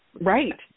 Right